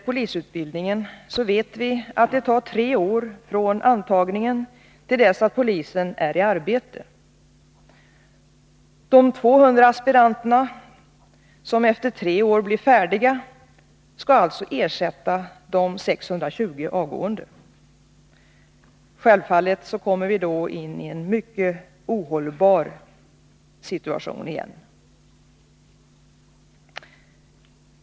Polisutbildningen tar tre år från antagningen till dessatt polisen är i arbete. De 200 aspiranter som efter tre år blir färdiga skall således ersätta de 620 avgående. Självfallet kommer vi då i en mycket ohållbar situation igen.